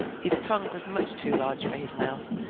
his tongue was much too large for his mouth,